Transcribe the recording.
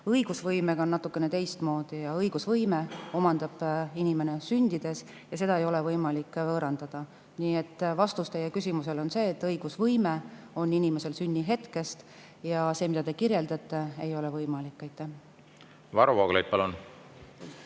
Õigusvõimega on natukene teistmoodi. Õigusvõime omandab inimene sündides ja seda ei ole võimalik võõrandada. Nii et vastus teie küsimusele on see, et õigusvõime on inimesel sünnihetkest ja see, mida te kirjeldasite, ei ole võimalik. Teovõime osas